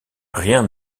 rien